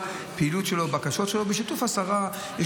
הפעילות שלו והבקשות שלו בשיתוף השרה.